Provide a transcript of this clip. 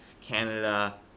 Canada